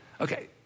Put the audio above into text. Okay